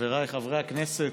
חבריי חברי הכנסת,